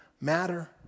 Matter